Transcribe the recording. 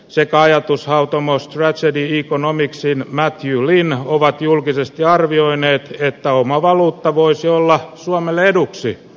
sekä ajatushautomo strazed in conamiksi nämä jullina ovat julkisesti arvioineet että oma valuutta voisi olla suomelle eduksi